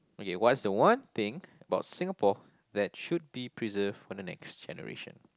okay what's the one thing about Singapore that should be preserved for the next generation